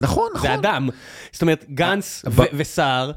נכון, נכון. זה אדם, זאת אומרת גנץ וסער.